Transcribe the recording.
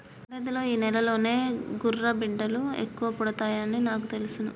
యాడాదిలో ఈ నెలలోనే గుర్రబిడ్డలు ఎక్కువ పుడతాయని నాకు తెలుసును